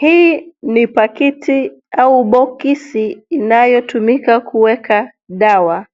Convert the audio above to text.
Hii ni pakiti, au bokisi inayotumika kuweka dawa.